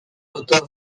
otto